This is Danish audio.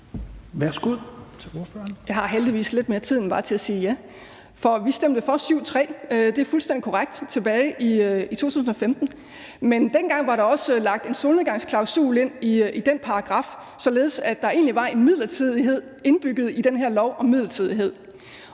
Jeg har heldigvis lidt mere tid end bare til at sige ja. For vi stemte for § 7, 3 – det er fuldstændig korrekt – tilbage i 2015. Men dengang var der også lagt en solnedgangsklausul ind i den paragraf, således at der egentlig var en midlertidighed indbygget i den her lov om midlertidighed,